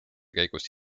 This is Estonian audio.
käigus